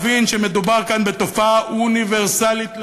ולכן צריך להבין שמדובר כאן בתופעה אוניברסלית לגמרי.